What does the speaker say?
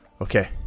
Okay